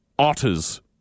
Otters